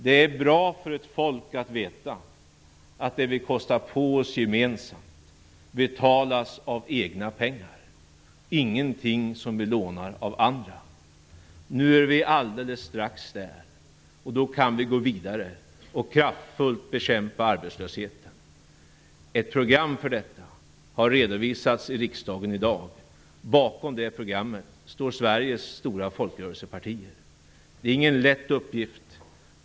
Det är bra för ett folk att veta att det vi kostar på oss gemensamt betalas av egna pengar och inte pengar som vi lånar av andra. Nu är vi alldeles strax där, och då kan vi gå vidare med att kraftfullt bekämpa arbetslösheten. Ett program för detta har redovisats i riksdagen i dag. Bakom det programmet står Sveriges stora folkrörelsepartier. Det är ingen lätt uppgift.